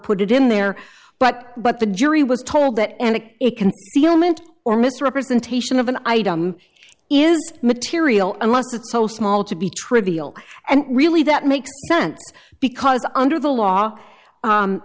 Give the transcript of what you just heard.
put it in there but what the jury was told that and it can be all meant or misrepresentation of an item is material unless it's so small to be trivial and really that makes sense because under the law